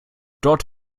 dort